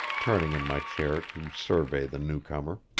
turning in my chair to survey the new-comer.